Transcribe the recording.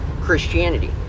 Christianity